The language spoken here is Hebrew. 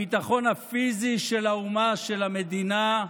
הביטחון הפיזי של האומה, של המדינה,